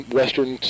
western